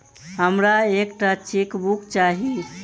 हमरा एक टा चेकबुक चाहि